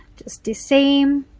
it's the same.